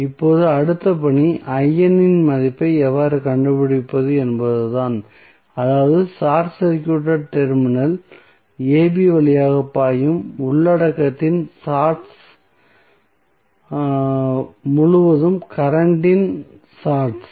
இப்போது அடுத்த பணி இன் மதிப்பை எவ்வாறு கண்டுபிடிப்பது என்பதுதான் அதாவது ஷார்ட் சர்க்யூட் டெர்மினல் ab வழியாக பாயும் உள்ளடக்கத்தின் ஷார்ட்ஸ் முழுவதும் கரண்ட் இன் ஷார்ட்ஸ்